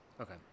Okay